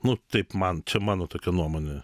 nu taip man čia mano tokia nuomonė